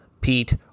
Pete